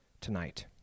tonight